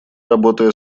работая